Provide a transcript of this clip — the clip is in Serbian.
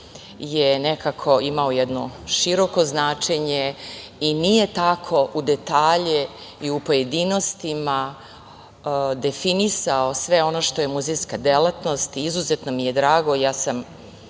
je nekako imao široko značenje i nije tako u detalje i u pojedinostima definisao sve ono što je muzejska delatnost. Izuzetno mi je drago i ja sam